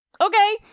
Okay